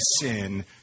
sin